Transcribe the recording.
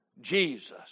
Jesus